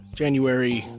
january